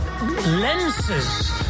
lenses